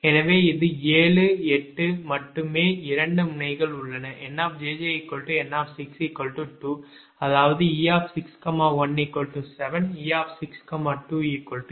எனவே இது 7 8 மட்டுமே 2 முனைகள் உள்ளன எனவே NjjN62 அதாவது e 61 7 e62 8